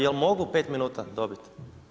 Jel mogu pet minuta dobiti?